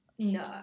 No